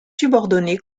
subordonnés